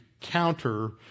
counter